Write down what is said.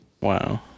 Wow